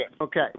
Okay